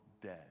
dead